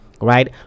right